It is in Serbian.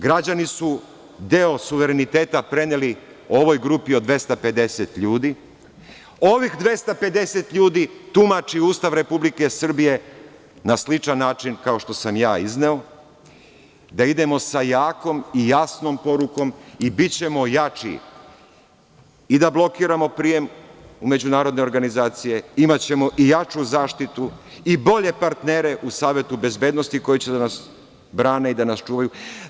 Građani su deo suvereniteta preneli ovoj grupi od 250 ljudi, ovih 250 ljudi tumači Ustav Republike Srbije na sličan način kao što sam ja izneo, da idemo sa jakom i jasnom porukom i bićemo jači, i da blokiramo prijem u međunarodne organizacije imaćemo i jaču zaštitu i bolje partnere u Savetu bezbednosti koji će da nas brane i da nas čuvaju.